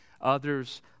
others